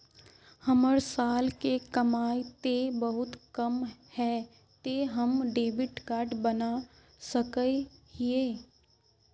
हमर साल के कमाई ते बहुत कम है ते हम डेबिट कार्ड बना सके हिये?